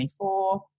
24